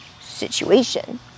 situation